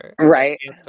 Right